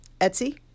Etsy